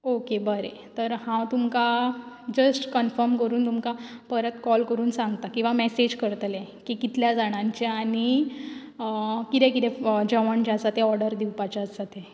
okay बरें तर हांव तुमकां जस्ट कन्फर्म करून तुमकां परत कॉल करून सांगतां किंवां मेसेज करतलें कितल्या जाणांचें आनी कितें कितें जेवण जें आसा तें ऑर्डर दिवपाचें आसा तें